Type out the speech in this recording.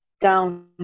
down